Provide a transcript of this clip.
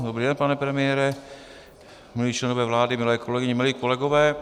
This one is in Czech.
Dobrý den, pane premiére, milí členové vlády, milé kolegyně, milí kolegové.